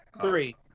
Three